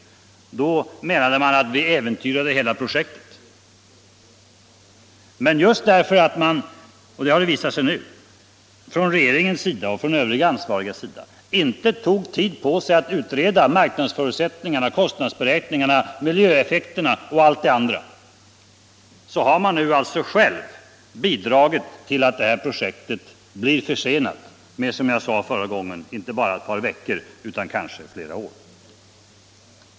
Då menade man att vi därigenom skulle äventyra hela projektet. Men just därför att man från regeringens och övriga ansvarigas sida inte tog tid på sig att utreda marknadsförutsättningarna, kostnadsberäkningarna, miljöeffekterna etc., har man alltså själv bidragit till att det här projektet blir försenat med inte bara ett par veckor utan kanske flera år.